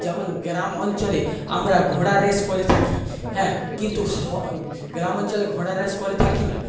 যেমন গ্রাম অঞ্চলে আমরা ঘোড়ার রেস করে থাকি হ্যাঁ কিন্তু গ্রাম অঞ্চলে ঘোড়ার রেস করে থাকি না